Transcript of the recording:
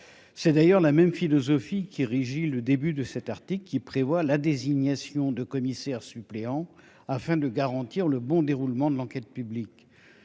publique. La même philosophie régit le début de cet article, qui prévoit la désignation de commissaires suppléants, afin de garantir le bon déroulement de l'enquête publique.